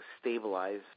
stabilize